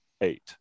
eight